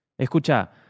Escucha